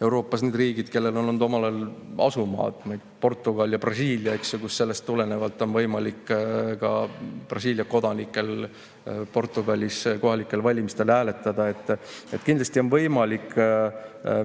Euroopas need riigid, kellel on olnud omal ajal asumaad, nagu Portugal ja Brasiilia, sellest tulenevalt on võimalik ka Brasiilia kodanikel Portugalis kohalikel valimistel hääletada. Kindlasti on võimalik